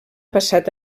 passat